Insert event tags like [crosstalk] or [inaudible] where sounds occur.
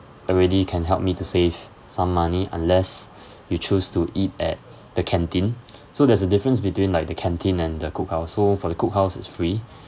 already can help me to save some money unless [breath] you choose to eat at the canteen so there's a difference between like the canteen and the cookhouse so for the cookhouse it's free